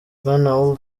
bwana